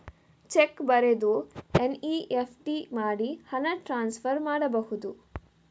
Check ಬರೆದು NEFT ಮಾಡಿ ಹಣ ಟ್ರಾನ್ಸ್ಫರ್ ಮಾಡಬಹುದು?